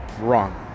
wrong